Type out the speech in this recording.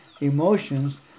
emotions